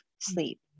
sleep